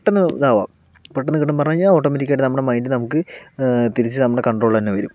പെട്ടെന്ന് ഇതാവാം പെട്ടെന്ന് കിട്ടും എന്ന് പറഞ്ഞ് കഴിഞ്ഞാൽ ഓട്ടോമാറ്റിക്കായിട്ട് നമ്മുടെ മൈൻഡ് നമുക്ക് തിരിച്ച് നമ്മുടെ കോൺട്രോളിൽ തന്നെ വരും